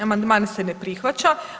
Amandman se ne prihvaća.